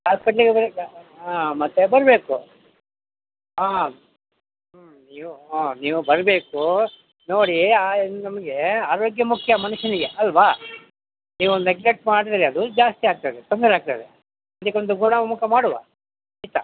ಹಾಸ್ಪೆಟ್ಲಿಗೆ ಬರಕ್ಕೆ ಹಾಂ ಮತ್ತೆ ಬರಬೇಕು ಹಾಂ ನೀವು ಹಾಂ ನೀವು ಬರಬೇಕು ನೋಡಿ ನಿಮಗೆ ಅರೋಗ್ಯ ಮುಖ್ಯ ಮನುಷ್ಯನ್ಗೆ ಅಲ್ಲವ ನೀವು ನೆಗ್ಲೆಕ್ಟ್ ಮಾಡಿದ್ರೆ ಅದು ಜಾಸ್ತಿ ಆಗ್ತದೆ ತೊಂದರೆ ಆಗ್ತದೆ ಇದಕ್ಕೊಂದು ಗುಣಮುಖ ಮಾಡುವ ಆಯಿತಾ